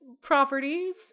properties